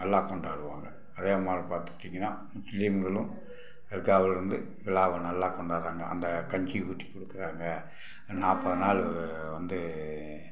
நல்லா கொண்டாடுவாங்க அதேமாதிரி பார்த்துட்டீங்கன்னா முஸ்லீம்களும் தர்காவில் வந்து விழாவ நல்லா கொண்டாடுறாங்க அந்த கஞ்சி ஊற்றி கொடுக்கறாங்க நாற்பது நாள் வந்து